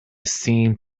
seemed